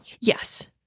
Yes